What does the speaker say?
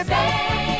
Say